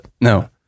No